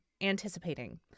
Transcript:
anticipating